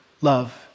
love